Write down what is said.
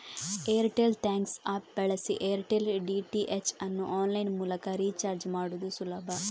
Airtel thanks app ಬಳಸಿ Airtel DTH ಅನ್ನು online ಮೂಲಕ ರೀಚಾರ್ಜ್ ಮಾಡುದು ಸುಲಭ